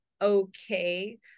okay